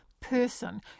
person